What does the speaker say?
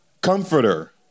Comforter